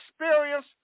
experience